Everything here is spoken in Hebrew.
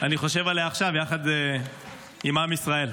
אני חושב עליה עכשיו יחד עם עם ישראל.